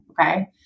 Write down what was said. Okay